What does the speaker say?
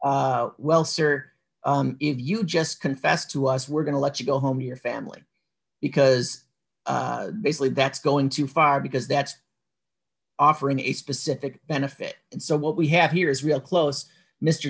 well sir if you just confessed to us we're going to let you go home your family because basically that's going too far because that's offering a specific benefit and so what we have here is real close mr